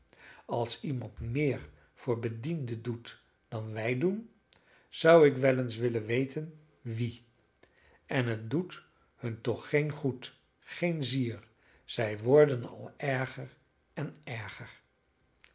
als iemand meer voor bedienden doet dan wij doen zou ik wel eens willen weten wie en het doet hun toch geen goed geen zier zij worden al erger en erger